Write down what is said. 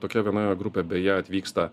tokia viena grupė beje atvyksta